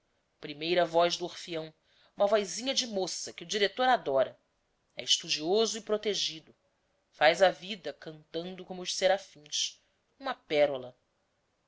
primeira voz do orfeão uma vozinha de moça que o diretor adora é estudioso e protegido faz a vida cantando como os serafins uma pérola